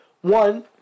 One